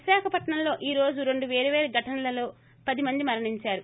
విశాఖపట్నంలో ఈ రోజు రెండు పేరు పేరు ఘటనలలో పది మంది మరణించారు